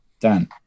Dan